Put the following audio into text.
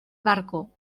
barco